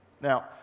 now